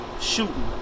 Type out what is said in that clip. shooting